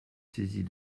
saisie